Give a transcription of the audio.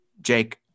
Jake